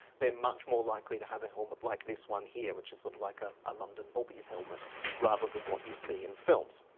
they're much more likely to have a helmet like this one here which is sort of like a and london bobby's helmet rather than what you see in films.